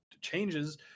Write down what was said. changes